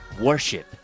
Worship